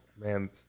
man